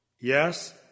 Yes